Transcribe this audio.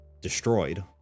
destroyed